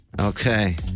Okay